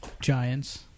Giants